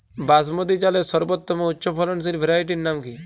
বাসমতী চালের সর্বোত্তম উচ্চ ফলনশীল ভ্যারাইটির নাম কি?